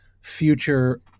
future